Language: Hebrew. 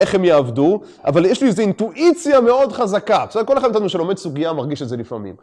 איך הם יעבדו, אבל יש לי איזו אינטואיציה מאוד חזקה. בסדר, כל אחד מאיתנו שלומד סוגיה מרגיש את זה לפעמים.